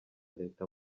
leta